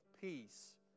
peace